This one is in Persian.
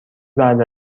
بعد